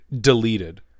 deleted